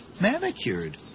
manicured